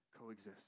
coexist